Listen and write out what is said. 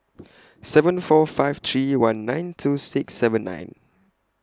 seven four five three one nine two six seven nine